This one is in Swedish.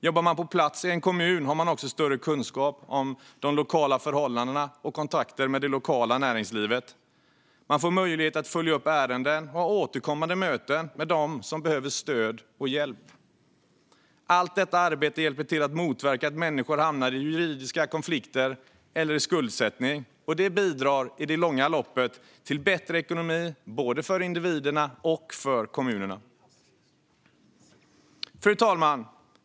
Jobbar man på plats i en kommun har man också större kunskaper om de lokala förhållandena och kontakter med det lokala näringslivet. Man får möjlighet att följa upp ärenden och ha återkommande möten med dem som behöver stöd och hjälp. Allt detta arbete hjälper till att motverka att människor hamnar i juridiska konflikter eller skuldsättning, och det bidrar i det långa loppet till bättre ekonomi, både för individerna och för kommunerna. Fru talman!